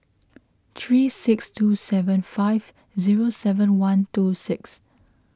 three six two seven five zero seven one two six